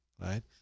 right